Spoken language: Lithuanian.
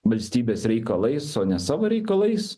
valstybės reikalais o ne savo reikalais